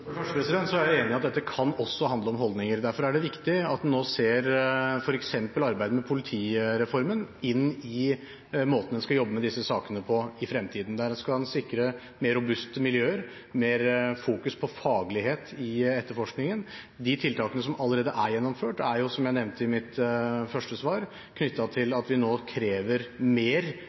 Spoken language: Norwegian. For det første er jeg enig i at dette også kan handle om holdninger. Derfor er det viktig at en nå ser f.eks. arbeidet med politireformen inn i måten en skal jobbe med disse sakene på i fremtiden, der en kan sikre mer robuste miljøer, mer fokus på faglighet i etterforskningen. De tiltakene som allerede er gjennomført, er – som jeg nevnte i mitt første svar – knyttet til at vi nå krever mer